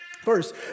First